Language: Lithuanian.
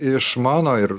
išmano ir